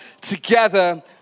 together